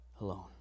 alone